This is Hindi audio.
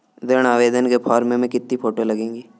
ऋण आवेदन के फॉर्म में कितनी फोटो लगेंगी?